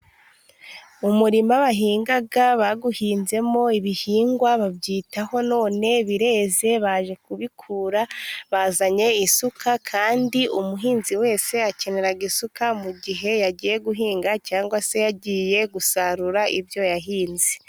Umurima bahinga, bawuhinzemo ibihingwa babyitaho none bireze baje kubikura, bazanye isuka, kandi umuhinzi wese akenera isuka mu gihe yagiye guhinga, cyangwa se yagiye gusarura ibyo yahinze.